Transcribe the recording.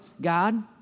God